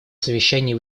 совещании